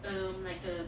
um like a